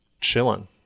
chilling